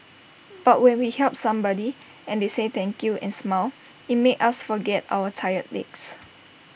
but when we helped somebody and they said thank you and smiled IT made us forget our tired legs